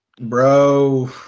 Bro